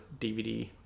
dvd